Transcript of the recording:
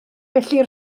felly